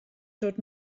dod